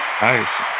Nice